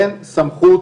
אין סמכות